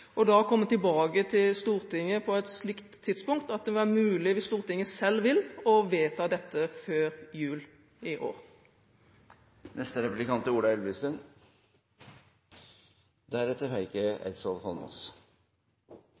opplyst. Da kan en komme tilbake til Stortinget på et slikt tidspunkt at det vil være mulig, hvis Stortinget selv vil, å vedta dette før jul i år. Jeg synes også at signalet er